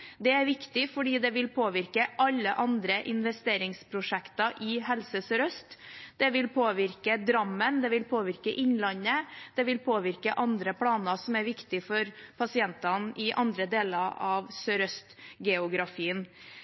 Det er viktig fordi det vil påvirke alle andre investeringsprosjekter i Helse Sør-Øst. Det vil påvirke Drammen. Det vil påvirke Innlandet. Det vil påvirke andre planer som er viktige for pasientene i andre deler av